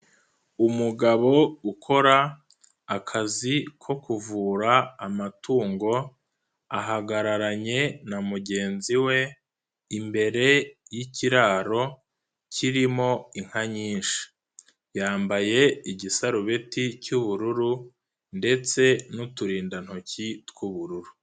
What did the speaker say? Umugabo ukora akazi ko kuvura amatungo, ahagararanye na mugenzi we, imbere y'ikiraro, kirimo inka nyinshi, yambaye igisarubeti cy'ubururu ndetse n'uturindantoki tw'ubururu.